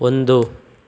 ಒಂದು